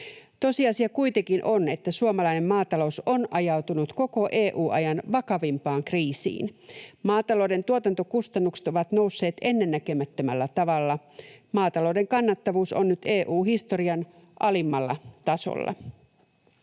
Tosiasia kuitenkin on, että suomalainen maatalous on ajautunut koko EU-ajan vakavimpaan kriisiin. Maatalouden tuotantokustannukset ovat nousseet ennennäkemättömällä tavalla. Maatalouden kannattavuus on nyt EU-historian alimmalla tasolla.